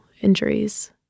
injuries